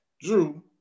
Drew